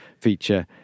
feature